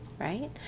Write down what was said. Right